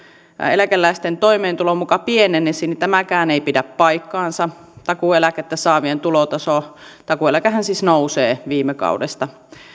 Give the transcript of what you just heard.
eläkeläisten toimeentulo muka pienenisi niin tämäkään ei pidä paikkaansa takuueläkettä saavien tulotaso takuueläkehän siis nousee viime kaudesta